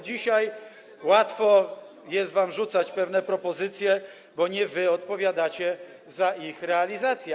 Dzisiaj łatwo jest wam rzucać propozycje, bo nie wy odpowiadacie za ich realizację.